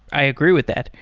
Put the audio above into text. i agree with that.